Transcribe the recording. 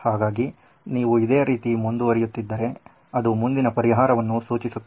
ಹಾಗಾಗಿ ನೀವು ಇದೇ ರೀತಿ ಮುಂದುವರಿಯುತ್ತಿದ್ದರೆ ಅದು ಮುಂದಿನ ಪರಿಹಾರವನ್ನು ಸೂಚಿಸುತ್ತದೆ